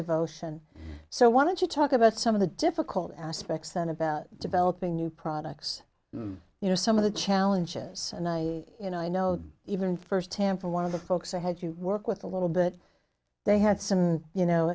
devotion so why don't you talk about some of the difficult aspects then about developing new products you know some of the challenges and i you know i know even first hand from one of the folks i had you work with a little bit they had some you know